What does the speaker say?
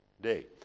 day